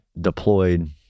deployed